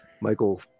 Michael